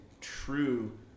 true